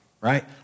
right